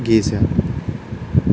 గీసాను